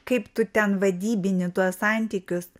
kaip tu ten vadybinį tuos santykius